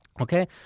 Okay